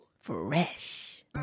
Fresh